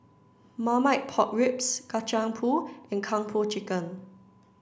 Marmite Pork Ribs Kacang Pool and Kung Po Chicken